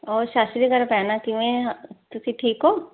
ਸਤਿ ਸ਼੍ਰੀ ਅਕਾਲ ਭੈਣ ਕਿਵੇਂ ਤੁਸੀਂ ਠੀਕ ਹੋ